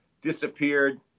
disappeared